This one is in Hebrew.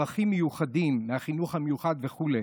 בעלי צרכים מיוחדים, מהחינוך המיוחד וכו'.